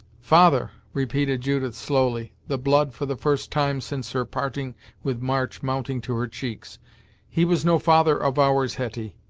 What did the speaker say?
father! repeated judith slowly, the blood for the first time since her parting with march mounting to her cheeks he was no father of ours, hetty!